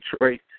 Detroit